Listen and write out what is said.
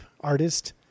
Artist